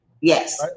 Yes